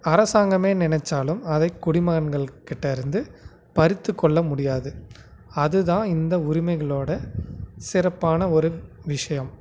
அரசாங்கமே நினைச்சாலும் அதை குடிமகன்கள்கிட்ட இருந்து பறித்துக்கொள்ள முடியாது அது தான் இந்த உரிமைகளோட சிறப்பான ஒரு விஷயம்